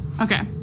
okay